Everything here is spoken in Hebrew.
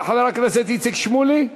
חבר הכנסת איציק שמולי,